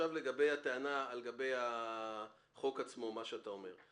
לגבי הטענה לחוק עצמו, מה שאתה אומר.